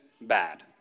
bad